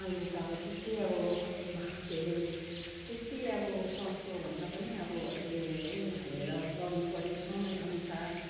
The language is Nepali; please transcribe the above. अहिले त अब त्यति अब के अरे त्यति अब सस्तो भन्दा पनि अब अहिले उयो हेरेर गर्नु पर्यो समय अनुसार